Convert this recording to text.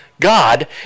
God